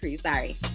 Sorry